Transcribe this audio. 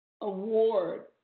award